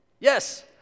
Yes